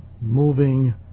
moving